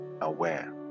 aware